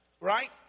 Right